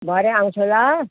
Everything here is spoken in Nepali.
भरे आउँछु ल